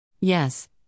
Yes